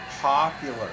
popular